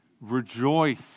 Rejoice